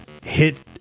hit